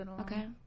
Okay